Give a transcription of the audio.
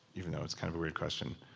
even though it's kind of a weird question.